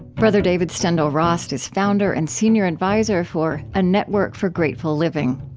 brother david steindl-rast is founder and senior advisor for a network for grateful living.